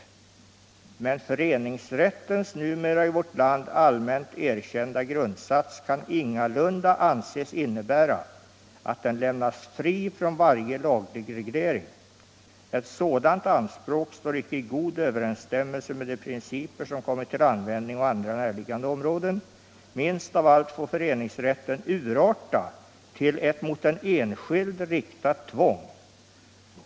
Men föreningsrättens numera i vårt land allmänt erkända grundsats kan ingalunda anses innebära, att den lämnas fri från varje laglig reglering. Ett sådant anspråk står icke i god överensstämmelse med de principer, som kommit till användning å andra närliggande områden. Minst av allt får föreningsrätten urarta till ett mot den enskilde riktat tvång.